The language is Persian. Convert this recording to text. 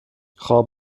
خواب